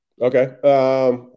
Okay